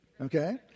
Okay